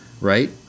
right